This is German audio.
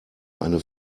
eine